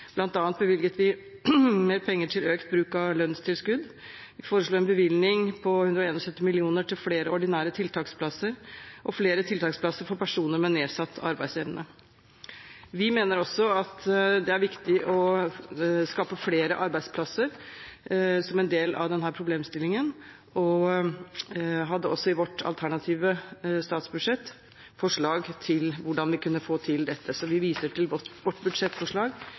bevilget vi mer penger til økt bruk av lønnstilskudd. Vi foreslo en bevilgning på 171 mill. kr til flere ordinære tiltaksplasser og en annen bevilgning til flere tiltaksplasser for personer med nedsatt arbeidsevne. Vi mener også at det er viktig å skape flere arbeidsplasser som en del av denne problemstillingen, og hadde i vårt alternative statsbudsjett forslag til hvordan vi kunne få til dette. Vi viser til vårt budsjettforslag